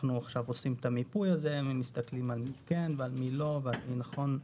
את המיפוי הזה ומסתכלים על מי כן ומי לא ומי נכון.